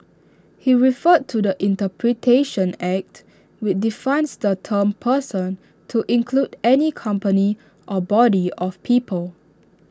he referred to the interpretation act which defines the term person to include any company or body of people